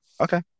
Okay